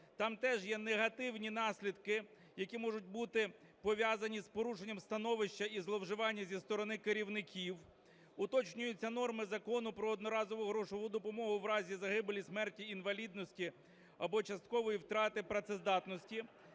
Там теж є негативні наслідки, які можуть бути пов'язані з порушенням становища і зловживання зі сторони керівників. Уточнюються норми Закону про одноразову грошову допомогу в разі загибелі, смерті, інвалідності або часткової втрати працездатності.